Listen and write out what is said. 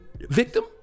victim